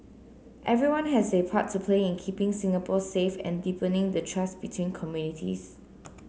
everyone has a part to play in keeping Singapore safe and deepening the trust between communities